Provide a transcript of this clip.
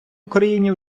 україні